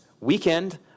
weekend